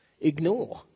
ignore